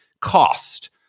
cost